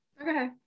Okay